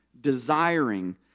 desiring